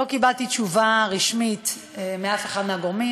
לא קיבלתי תשובה רשמית מאף אחד מהגורמים.